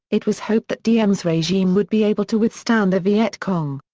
it was hoped that diem's regime would be able to withstand the viet cong.